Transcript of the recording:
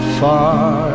far